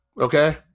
Okay